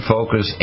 Focus